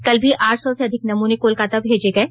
कल भी आठ सौ अधिक नमूने कोलकाता भेजे गये